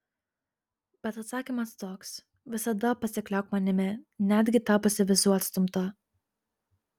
bet atsakymas toks visada pasikliauk manimi netgi tapusi visų atstumta